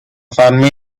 fermi